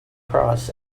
cross